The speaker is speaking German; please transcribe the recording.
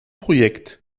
projekt